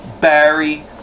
Barry